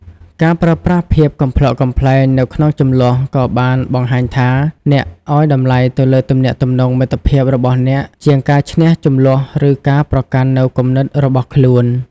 ការប្រើប្រាស់ភាពកំប្លុកកំប្លែងនៅក្នុងជម្លោះក៏បានបង្ហាញថា អ្នកឱ្យតម្លៃទៅលើទំនាក់ទំនងមិត្តភាពរបស់អ្នកជាងការឈ្នះជម្លោះឬការប្រកាន់នូវគំនិតរបស់ខ្លួន។